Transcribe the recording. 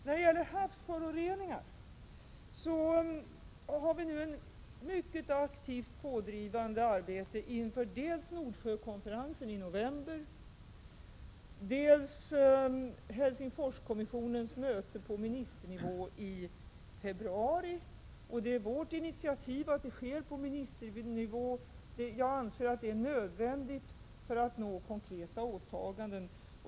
När det gäller havsföroreningar arbetar vi nu mycket aktivt pådrivande inför dels Nordsjökonferensen i november, dels Helsingforskommissionens möte på ministernivå i februari. Det är vårt initiativ att mötet sker på ministernivå. Jag anser att det är nödvändigt för att nå konkreta åtaganden.